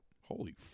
Holy